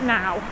now